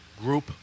group